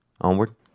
Onward